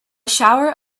shower